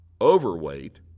overweight